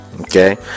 Okay